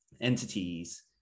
entities